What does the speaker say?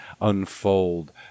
unfold